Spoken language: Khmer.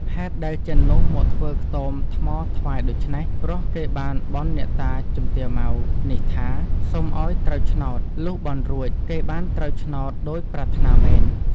ហេតុដែលចិននោះមកធ្វើខ្ទមថ្មថ្វាយដូច្នេះ ព្រោះគេបានបន់អ្នកតាជំទាវម៉ៅ នេះថា សុំឲ្យត្រូវឆ្នោត លុះបន់រួចគេបានត្រូវឆ្នោតដូចប្រាថ្នាមែន។